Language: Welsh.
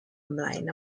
ymlaen